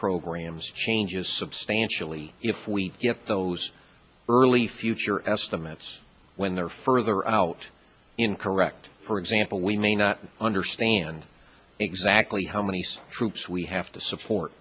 programs changes substantially if we get those early future estimates when they're further out incorrect for example we may not understand exactly how many troops we have to support